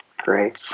Great